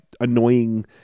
annoying